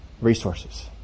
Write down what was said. resources